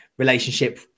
relationship